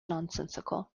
nonsensical